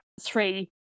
three